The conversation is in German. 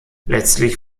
letztlich